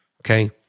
okay